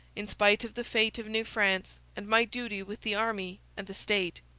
in spite of the fate of new france and my duty with the army and the state.